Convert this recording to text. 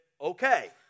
okay